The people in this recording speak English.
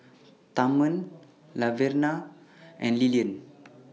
Thurman Laverna and Lilyan